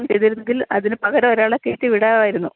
ചെയ്തിരുന്നെങ്കിൽ അതിന് പകരം ഒരാളെ കയറ്റി വിടാമായിരുന്നു